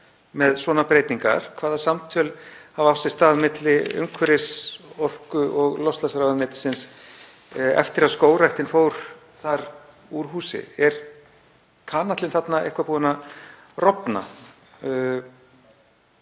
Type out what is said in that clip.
með svona breytingar? Hvaða samtöl hafa átt sér stað milli umhverfis-, orku- og loftslagsráðuneytisins eftir að Skógræktin fór þar úr húsi? Er kanallinn þarna eitthvað búinn að rofna?